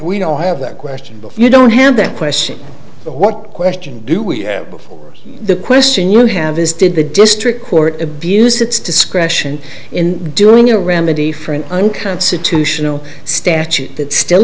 we don't have that question before you don't have that question what question do we have the question you have is did the district court abused its discretion in doing a remedy for an unconstitutional statute that still